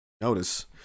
notice